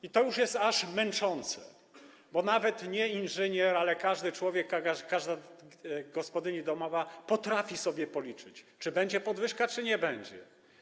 I to już jest aż męczące, bo nawet nie inżynier, ale każdy człowiek, każda gospodyni domowa potrafi sobie policzyć, czy będzie podwyżka, czy nie będzie.